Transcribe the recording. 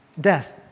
death